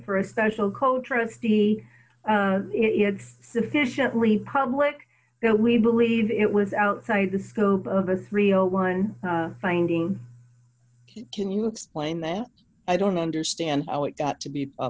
for a special co trustee it's sufficiently public that we believe it was outside the scope of this real one finding can you explain that i don't understand how it got to be